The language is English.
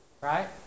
Right